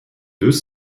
deux